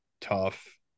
tough